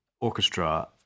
orchestra